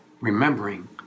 remembering